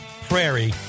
Prairie